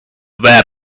web